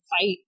fight